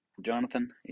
Jonathan